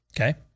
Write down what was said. Okay